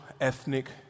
ethnic